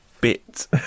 bit